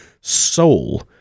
soul